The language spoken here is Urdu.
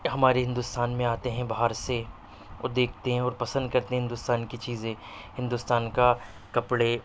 ہمارے ہندوستان میں آتے ہیں باہر سے اور دیکھتے ہیں اور پسند کرتے ہیں ہندوستان کی چیزیں ہندوستان کا کپڑے